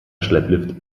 schlepplift